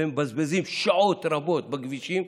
הם מבזבזים שעות רבות בכבישים,